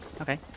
Okay